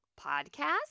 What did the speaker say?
podcast